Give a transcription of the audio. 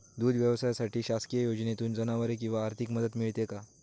दूध व्यवसायासाठी शासकीय योजनेतून जनावरे किंवा आर्थिक मदत मिळते का?